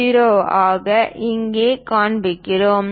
00 ஆக இங்கே காண்பிக்கிறோம்